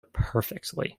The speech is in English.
perfectly